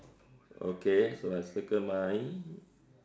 okay so I circle mine